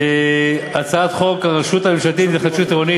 הצעת חוק הרשות הממשלתית להתחדשות עירונית,